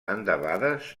endebades